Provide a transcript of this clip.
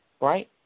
right